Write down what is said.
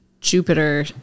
Jupiter